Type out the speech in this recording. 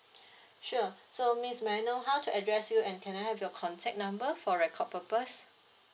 sure so miss may I know how to address you and can I have your contact number for record purposes